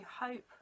hope